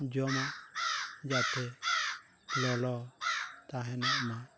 ᱡᱚᱢᱟᱜ ᱡᱟᱛᱮ ᱞᱚᱞᱚ ᱛᱟᱦᱮᱱᱚᱜᱼᱢᱟ